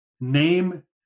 Name